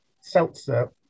seltzer